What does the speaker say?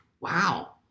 Wow